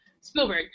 spielberg